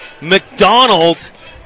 McDonald's